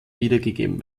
wiedergegeben